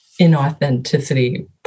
inauthenticity